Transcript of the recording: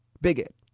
Bigot